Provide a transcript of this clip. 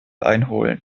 einholen